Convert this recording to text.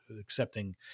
accepting